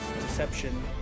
deception